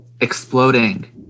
exploding